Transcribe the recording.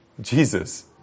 Jesus